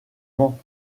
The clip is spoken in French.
mans